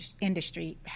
industry